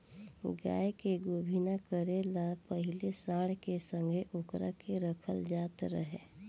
गाय के गोभिना करे ला पाहिले सांड के संघे ओकरा के रखल जात रहे